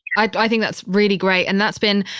i think that's really great. and that's been,